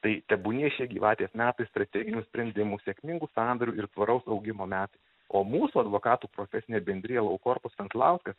tai tebūnie šie gyvatės metai strateginių sprendimų sėkmingų sandorių ir tvaraus augimo metai o mūsų advokatų profesinė bendrija lou korpus venslauskas